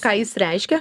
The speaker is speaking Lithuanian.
ką jis reiškia